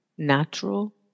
Natural